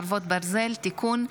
חרבות ברזל) (תיקון),